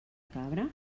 cabra